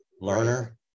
learner